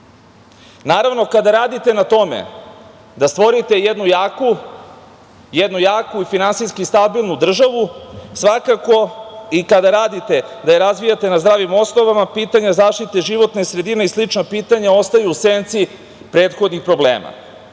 veće. Naravno, kada radite na tome da stvorite jednu jaku i finansijski stabilnu državu svakako i kada radite da je razvijate na zdravim osnovama pitanja zaštite životne sredine i slična pitanja ostaju u senci prethodnih problema. Danas